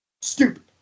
stupid